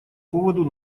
поводу